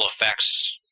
effects